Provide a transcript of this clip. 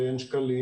שאין שקלים,